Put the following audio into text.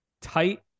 tight